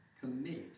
committed